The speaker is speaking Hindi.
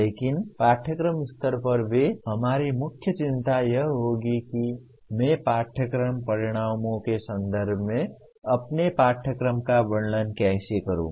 लेकिन पाठ्यक्रम स्तर पर भी हमारी मुख्य चिंता यह होगी कि मैं पाठ्यक्रम परिणामों के संदर्भ में अपने पाठ्यक्रम का वर्णन कैसे करूं